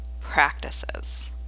practices